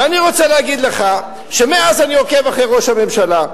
ואני רוצה להגיד לך שמאז אני עוקב אחרי ראש הממשלה,